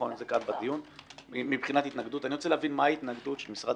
אני רוצה להבין מה ההתנגדות של משרד